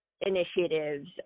initiatives